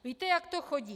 Víte, jak to chodí.